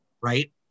right